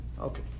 okay